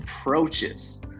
approaches